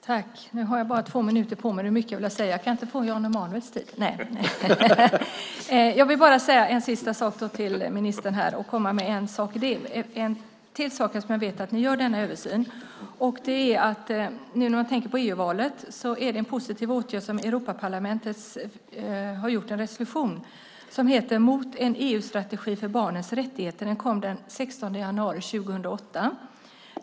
Herr talman! Nu har jag bara två minuter, och det är mycket jag vill säga. Kan jag inte få Jan Emanuels tid? Jag vill bara säga en sista sak till ministern, eftersom jag vet att ni gör denna översyn. Nu när man tänker på EU-valet kan jag nämna en positiv åtgärd som Europaparlamentet har gjort: en resolution som heter Mot en EU-strategi för barnens rättigheter . Den kom den 16 januari 2008.